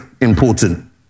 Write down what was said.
important